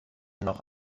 noch